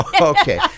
Okay